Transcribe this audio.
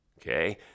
Okay